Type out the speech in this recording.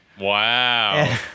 Wow